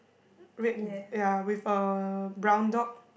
red ya with a brown dog